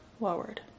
Lowered